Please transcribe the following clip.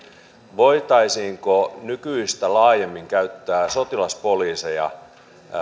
voitaisiinko nykyistä laajemmin käyttää sotilaspoliiseja